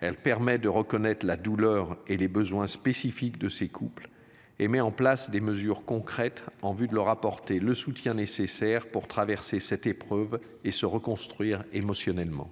Elle permet de reconnaître la douleur et les besoins spécifiques de ces couples et met en place des mesures concrètes en vue de leur apporter le soutien nécessaire pour traverser cette épreuve et se reconstruire émotionnellement.